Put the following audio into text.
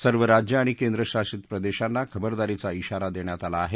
सर्व राज्यं आणि केंद्रशासित प्रदेशांना खबरदारीचा इशारा देण्यात आला आहे